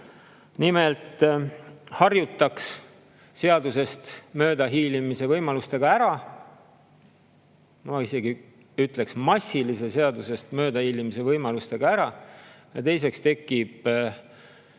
Nimelt harjutaks seadusest möödahiilimise võimalustega ära – ma isegi ütleksin, et massilise seadusest möödahiilimise võimalustega harjutaks ära. Teiseks tekib